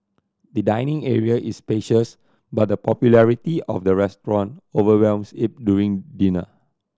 the dining area is spacious but the popularity of the restaurant overwhelms it during dinner